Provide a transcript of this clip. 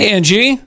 Angie